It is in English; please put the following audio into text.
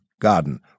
Garden